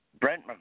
Brent